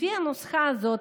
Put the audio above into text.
לפי הנוסחה הזאת,